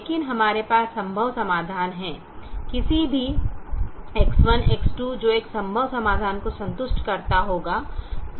लेकिन हमारे पास संभव समाधान हैं किसी भी X1 X2 जो एक संभव समाधान को संतुष्ट करता होगा